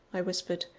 i whispered,